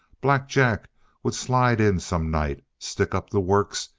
black jack would slide in some night, stick up the works,